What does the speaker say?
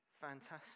Fantastic